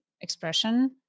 expression